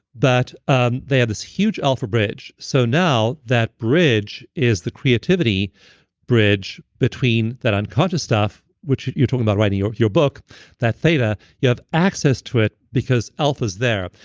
but um they have this huge alpha bridge. so now that bridge is the creativity bridge between that unconscious stuff, which you're talking about writing your your book that theta. you have access to it because alpha's there.